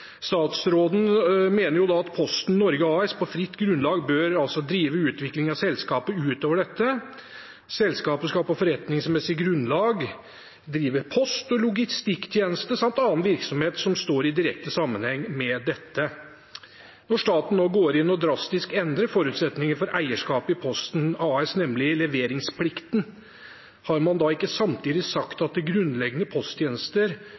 Statsråden mener at Posten Norge AS på fritt grunnlag bør drive utvikling av selskapet ut over dette. Selskapet skal på forretningsmessig grunnlag drive med post- og logistikktjenester samt annen virksomhet som står i direkte sammenheng med dette. Når staten nå går inn og drastisk endrer forutsetningene for eierskapet i Posten Norge AS, nemlig når det gjelder leveringsplikten, har man da ikke samtidig sagt at grunnleggende posttjenester